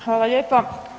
Hvala lijepa.